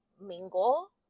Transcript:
mingle